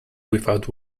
without